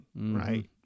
right